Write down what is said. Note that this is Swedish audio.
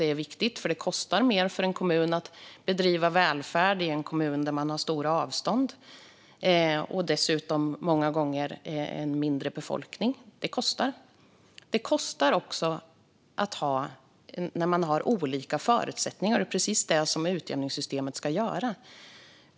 Det är viktigt eftersom det kostar mer att bedriva välfärd i en kommun med stora avstånd och många gånger en mindre befolkning. Det kostar också att ha olika förutsättningar. Det är precis vad utjämningssystemet ska hantera.